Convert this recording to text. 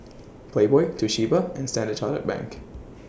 Playboy Toshiba and Standard Chartered Bank